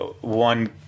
one